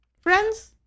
friends